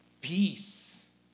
peace